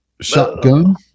shotgun